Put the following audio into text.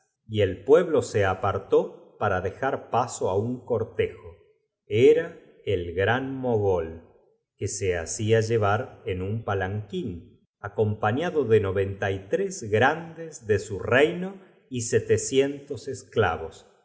y el pueblo se apartó para dejar paso r'j á un cortejo era el gran fogol que se hacia llevar en un palanquín acompañ ado de noventa y tres grandes de su reino t k y setec ientos esclavos